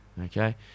okay